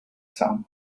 some